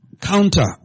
Counter